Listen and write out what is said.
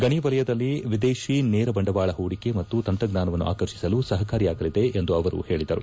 ಗಣಿ ವಲಯದಲ್ಲಿ ವಿದೇಶಿ ನೇರ ಬಂಡವಾಳ ಹೂಡಿಕೆ ಮತ್ತು ತಂತ್ರಜ್ಞಾನವನ್ನು ಆಕರ್ಷಿಸಲು ಸಹಕಾರಿಯಾಗಲಿದೆ ಎಂದು ಅವರು ಹೇಳಿದರು